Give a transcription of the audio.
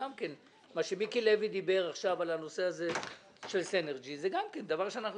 מה שמיקי לוי אמר בנושא של סינרג'י זה גם כן דבר שאנחנו